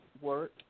work